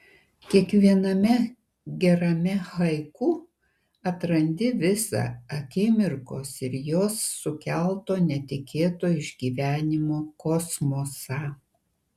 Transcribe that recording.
kiekviename gerame haiku atrandi visą akimirkos ir jos sukelto netikėto išgyvenimo kosmosą